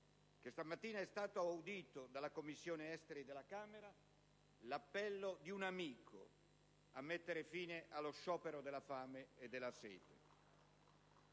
che questa mattina è stato audito dalla Commissione esteri della Camera, l'appello di un amico a mettere fine allo sciopero della fame e della sete.